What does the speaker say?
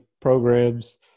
programs